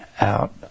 out